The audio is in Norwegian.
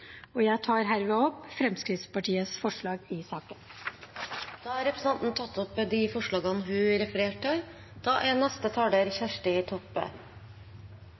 og SV. Jeg tar hermed opp Fremskrittspartiets forslag i saken. Representanten Kari Kjønaas Kjos har tatt opp de forslagene hun refererte til. Det er